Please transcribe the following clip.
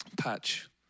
patch